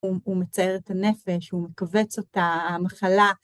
הוא מצייר את הנפש, הוא מכווץ אותה, המחלה.